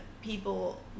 People